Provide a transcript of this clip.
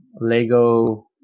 Lego